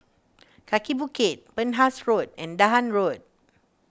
Kaki Bukit Penhas Road and Dahan Road